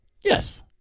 yes